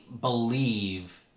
believe